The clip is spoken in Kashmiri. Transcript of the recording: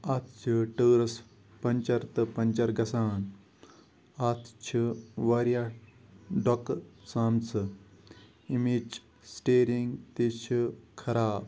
اَتھ چھِ ٹٲرَس پنٛچَر تہٕ پنٛچَر گژھان اَتھ چھِ واریاہ ڈۄکہٕ ژامژٕ ییٚمِچ سٕٹیرِنٛگ تہِ چھِ خراب